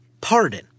pardon